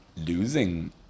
losing